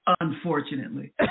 Unfortunately